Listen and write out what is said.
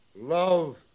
love